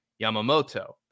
Yamamoto